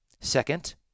Second